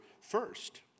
first